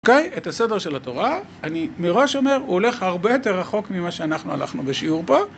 אוקיי? את הסדר של התורה, אני מראש אומר, הוא הולך הרבה יותר רחוק ממה שאנחנו הלכנו בשיעור פה.